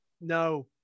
No